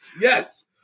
Yes